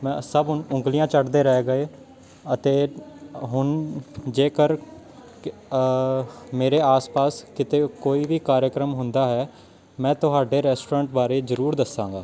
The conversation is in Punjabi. ਮੈਂ ਸਭ ਉ ਉਂਗਲੀਆਂ ਚੱਟਦੇ ਰਹਿ ਗਏ ਅਤੇ ਹੁਣ ਜੇਕਰ ਮੇਰੇ ਆਸ ਪਾਸ ਕਿਤੇ ਕੋਈ ਵੀ ਕਾਰਯਕਰਮ ਹੁੰਦਾ ਹੈ ਮੈਂ ਤੁਹਾਡੇ ਰੈਸਟੋਰੈਂਟ ਬਾਰੇ ਜ਼ਰੂਰ ਦੱਸਾਂਗਾ